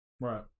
Right